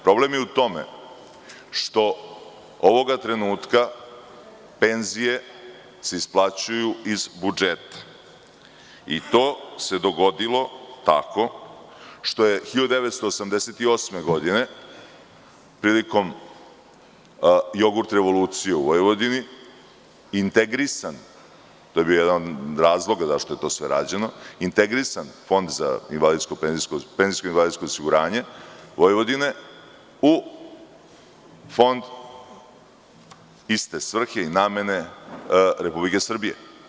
Problem je u tome što ovog trenutka penzije se isplaćuju iz budžeta i to se dogodilo tako što je 1988. godine, prilikom „Jogurt revolucije“ u Vojvodini integrisan, to je bio jedan od razloga zašto je to sve rađeno, Fond za penzijsko i invalidsko osiguranje Vojvodine u fond iste svrhe i namene Republike Srbije.